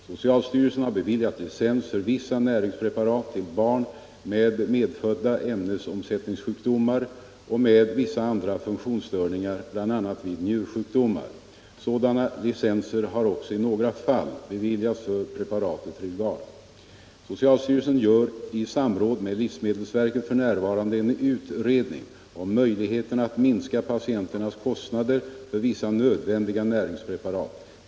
Socialstyrelsen har beviljat licens för vissa näringspreparat till barn med medfödda ämnesomsättningssjukdomar och med vissa andra funktionsstörningar, bl.a. vid njursjukdomar. Sådana licenser har också i några fall beviljats för preparatet Trilgar. Socialstyrelsen gör i samråd med livsmedelsverket f. n. en utredning om möjligheterna att minska patienternas kostnader för vissa nödvändiga näringspreparat.